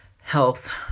Health